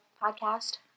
Podcast